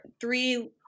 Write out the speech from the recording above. three